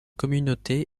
communauté